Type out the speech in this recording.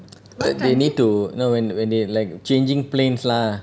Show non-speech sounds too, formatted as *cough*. *noise* they need to no when when they like changing planes lah